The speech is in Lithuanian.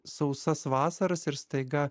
sausas vasaras ir staiga